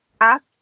Ask